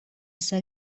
sar